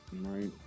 right